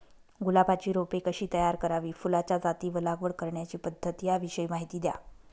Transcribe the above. गुलाबाची रोपे कशी तयार करावी? फुलाच्या जाती व लागवड करण्याची पद्धत याविषयी माहिती द्या